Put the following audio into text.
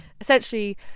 essentially